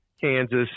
kansas